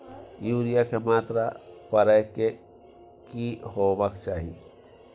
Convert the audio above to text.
Urea के मात्रा परै के की होबाक चाही?